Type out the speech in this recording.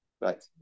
right